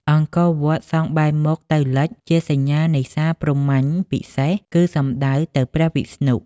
អង្គរវត្តសង់បែរមុខទៅ លិច ជាសញ្ញានៃសាលព្រហ្មញ្ញពិសេស គឺសំដៅទៅព្រះវិស្ណុ។